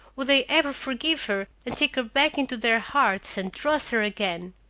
would they ever forgive her, and take her back into their hearts, and trust her again?